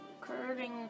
curving